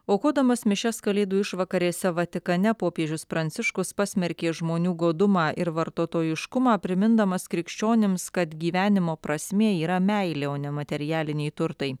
aukodamas mišias kalėdų išvakarėse vatikane popiežius pranciškus pasmerkė žmonių godumą ir vartotojiškumą primindamas krikščionims kad gyvenimo prasmė yra meilė o ne materialiniai turtai